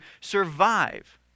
survive